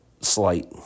slight